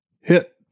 hit